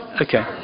Okay